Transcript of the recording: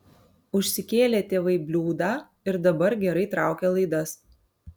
užsikėlė tėvai bliūdą ir dabar gerai traukia laidas